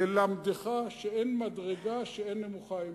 ללמדך שאין מדרגה שאין נמוכה ממנה.